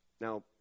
Now